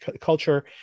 culture